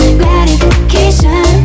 gratification